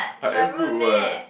I am rude what